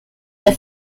der